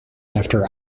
after